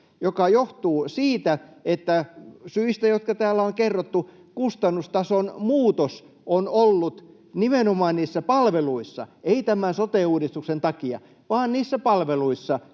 joka johtuu siitä — syistä, jotka täällä on kerrottu — että kustannustason muutos on ollut nimenomaan niissä palveluissa, ei tämän sote-uudistuksen takia vaan niissä palveluissa,